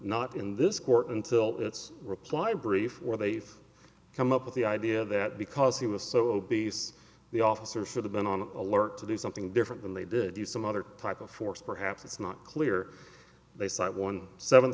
not in this court until its reply brief or they've come up with the idea that because he was so obese the officer sort of been on alert to do something different when they did use some other type of force perhaps it's not clear they cite one seven